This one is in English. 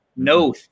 No